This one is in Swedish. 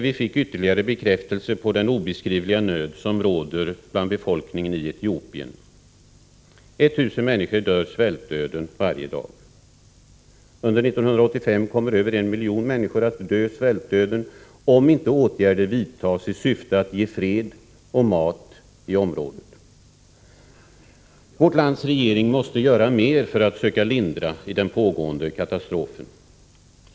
Vi fick då ytterligare en bekräftelse på den obeskrivliga nöd som råder bland befolkningen i Etiopien. 1000 människor dör svältdöden varje dag. Under 1985 kommer över 1 miljon människor att dö svältdöden, om inte åtgärder vidtas i syfte att ge fred och mat i området. Vårt lands regering måste göra mer för att söka lindra nöden när det gäller den här pågående katastrofen.